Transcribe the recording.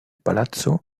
palazzo